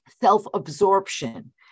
self-absorption